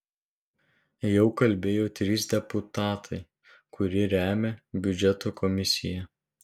jau kalbėjo trys deputatai kurie remia biudžeto komisiją